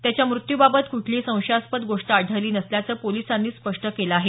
त्यांच्या मृत्यूबाबत कुठलीही संशयास्पद गोष्ट आढळली नसल्याचं पोलिसांनी स्पष्ट केलं आहे